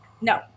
no